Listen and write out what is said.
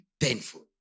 painful